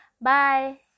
Bye